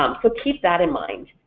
um so keep that in mind.